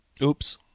Oops